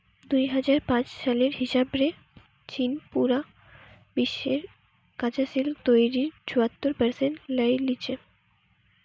দুই হাজার পাঁচ সালের হিসাব রে চীন পুরা বিশ্বের কাচা সিল্ক তইরির চুয়াত্তর পারসেন্ট লেই লিচে